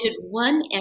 one